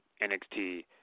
NXT